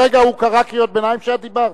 הרגע הוא קרא קריאות ביניים כשאת דיברת?